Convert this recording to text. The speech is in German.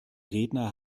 redner